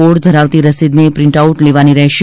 ક્રોડ ધરાવતી રસીદની પ્રિન્ટઆઊટ લેવાની રહેશે